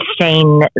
seen